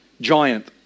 giant